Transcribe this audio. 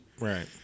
Right